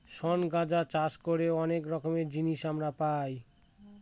শন গাঁজা চাষ করে অনেক রকমের জিনিস আমরা পাই